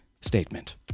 statement